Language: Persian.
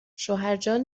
شوهرجان